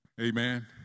Amen